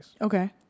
Okay